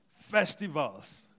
festivals